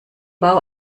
bau